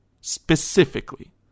Specifically